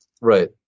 Right